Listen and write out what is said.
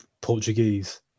Portuguese